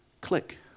click